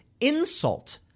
insult